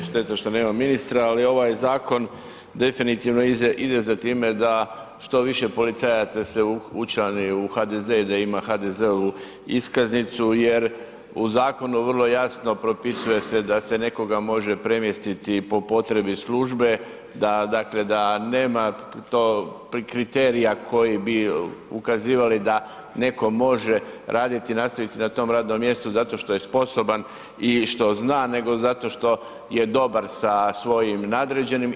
Šteta što nema ministra, ali ovaj zakon definitivno ide za time da što više policajaca učlani u HDZ i da ima HDZ-ovu iskaznicu jer u zakonu vrlo jasno propisuje se da se nekoga može premjestiti po potrebi službe, da nema to kriterija koji bi ukazivali da neko može raditi i nastaviti na tom radnom mjestu zato što je sposoban i što zna nego zato što je dobar sa svojim nadređenim.